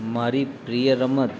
મારી પ્રિય રમત